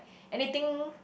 anything